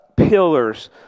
pillars